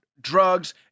drugs